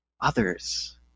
others